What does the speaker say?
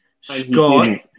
Scott